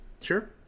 Sure